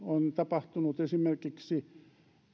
on tapahtunut esimerkiksi